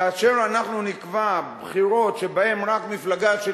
כאשר אנחנו נקבע בחירות שבהן רק מפלגה של